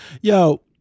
yo